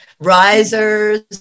risers